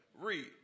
Read